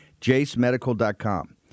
JaceMedical.com